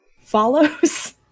follows